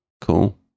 Cool